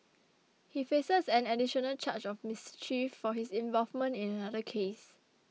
he faces an additional charge of mischief for his involvement in another case